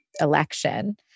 election